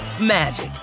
magic